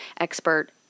expert